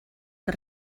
que